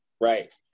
Right